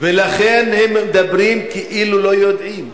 ולכן, הם מדברים כאילו לא יודעים.